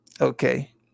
Okay